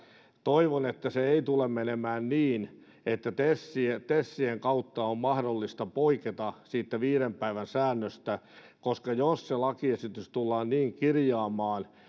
toivon että se ei tule menemään niin että tesien kautta on mahdollista poiketa siitä viiden päivän säännöstä koska jos se lakiesitys tullaan kirjaamaan